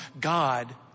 God